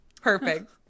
perfect